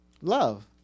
love